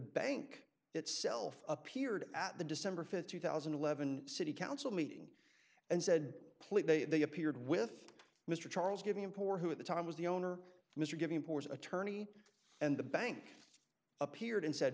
bank itself appeared at the december th two thousand and eleven city council meeting and said please they appeared with mr charles giving poor who at the time was the owner mr giving pours attorney and the bank appeared and said